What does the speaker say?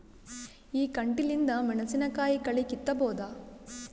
ಈ ಕಂಟಿಲಿಂದ ಮೆಣಸಿನಕಾಯಿ ಕಳಿ ಕಿತ್ತಬೋದ?